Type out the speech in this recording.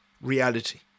reality